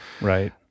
Right